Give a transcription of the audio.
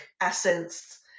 essence